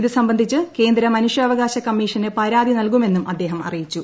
ഇത് സംബന്ധിച്ച് കേന്ദ്ര മനുഷ്യാവകാശ കമ്മീഷന് പരാതി നൽകുമെന്നും അദ്ദേഹം അറിയിച്ചു